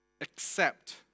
accept